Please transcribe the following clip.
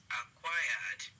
acquired